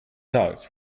out